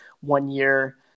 one-year